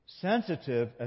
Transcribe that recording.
Sensitive